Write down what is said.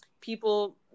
people